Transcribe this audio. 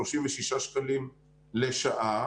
36 שקלים לשעה,